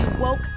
woke